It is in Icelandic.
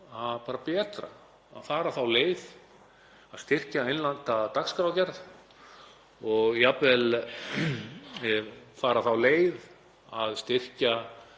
betra að fara þá leið að styrkja innlenda dagskrárgerð og jafnvel fara þá leið að styrkja